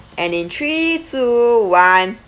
and in three two one